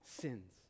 sins